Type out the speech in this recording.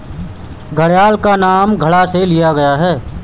घड़ियाल का नाम घड़ा से लिया गया है